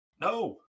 No